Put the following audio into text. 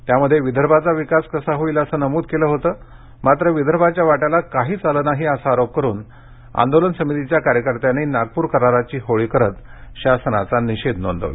त्यामध्ये विदर्भाचा विकास होईल असं नमूद केलं होतं मात्र विदर्भाच्या वाट्याला काहीच आलं नाही असा आरोप करून आंदोलन समितीच्या कार्यकर्त्यांनी नागपूर कराराची होळी करत शासनाचा निषेध नोंदवला